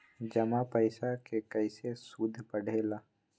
जमा पईसा के कइसे सूद बढे ला?